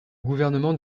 gouvernement